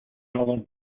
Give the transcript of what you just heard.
northern